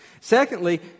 Secondly